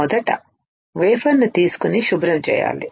మొదట వేఫర్ ను తీసుకొని శుభ్రంచేయాలి